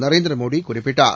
நரேந்திரமோடி குறிப்பிட்டார்